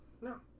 No